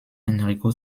enrico